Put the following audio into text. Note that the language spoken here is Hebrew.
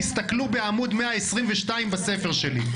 תסתכלו בעמ' 122 בספר שלי.